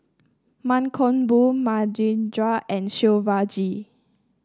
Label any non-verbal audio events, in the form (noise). Mankombu (unintelligible) and Shivaji